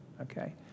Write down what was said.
okay